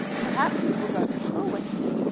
perhaps you will go to school with me?